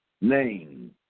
name